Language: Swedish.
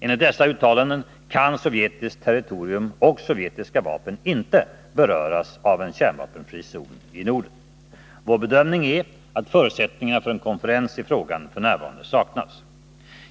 Enligt dessa uttalanden kan sovjetiskt territorium och sovjetiska vapen inte beröras av en kärnvapenfri zon i Norden. Vår bedömning är att förutsättningar för en konferens i frågan f.n. saknas.